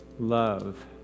love